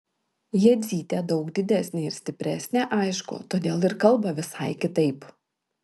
jadzytė daug didesnė ir stipresnė aišku todėl ir kalba visai kitaip